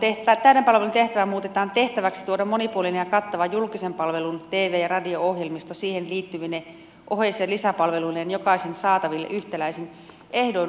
täyden palvelun tehtävä muutetaan tehtäväksi tuoda monipuolinen ja kattava julkisen palvelun tv ja radio ohjelmisto siihen liittyvine oheis ja lisäpalveluineen jokaisen saataville yhtäläisin ehdoin